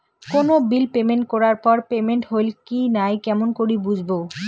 কোনো bill payment করার পর পেমেন্ট হইল কি নাই কেমন করি বুঝবো?